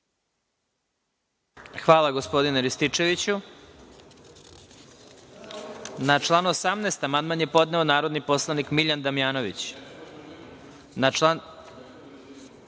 Hvala, gospodine Rističeviću. Na član 18. amandman je podneo narodni poslanik Miljan Damjanović. Na